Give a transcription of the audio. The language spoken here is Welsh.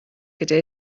gydag